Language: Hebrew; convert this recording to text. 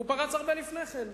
הוא פרץ הרבה לפני כן.